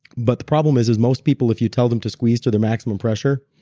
but the problem is, is most people if you tell them to squeeze to their maximum pressure,